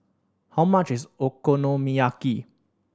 how much is Okonomiyaki